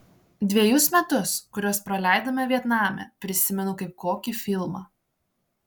dvejus metus kuriuos praleidome vietname prisimenu kaip kokį filmą